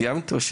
סיימת?